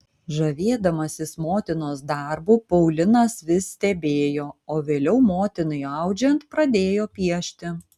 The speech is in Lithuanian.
žavėdamasis motinos darbu paulinas vis stebėjo o vėliau motinai audžiant pradėjo piešti